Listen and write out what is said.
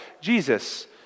Jesus